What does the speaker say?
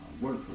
work